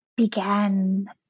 began